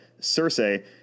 Cersei